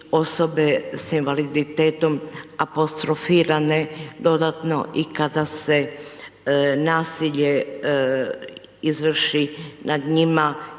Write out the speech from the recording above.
osobe sa invaliditetom apostrofirane dodatno i kada se nasilje izvrši nad njima